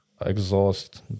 exhaust